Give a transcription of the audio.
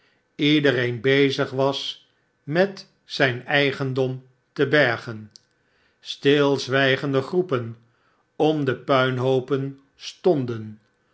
iedereen bezig was met zijn eigendom te bergen stilzwijgende groepen om de puinhoopen stonden